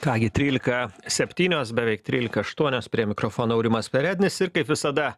ką gi trylika septynios beveik trylika aštuonios prie mikrofono aurimas perednis ir kaip visada